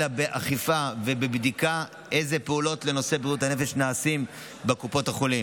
אלא באכיפה ובבדיקה אילו פעולות בנושא בריאות הנפש נעשות בקופות החולים,